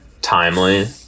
timely